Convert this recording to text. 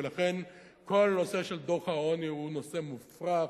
ולכן כל נושא דוח העוני הוא נושא מופרך,